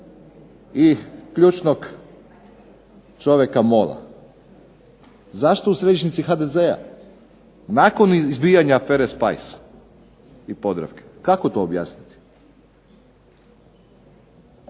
i ključnog čovjeka MOL-a. Zašto u središnjici HDZ-a? Nakon izbijanja afere spice i Podravke. Kako to objasniti?